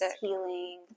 healing